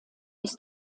ist